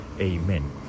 Amen